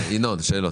ינון, יש לך שאלות?